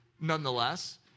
nonetheless